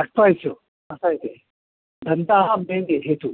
आटपायचं असं आहे धंदा हा मेन हेतू